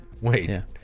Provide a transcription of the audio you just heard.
Wait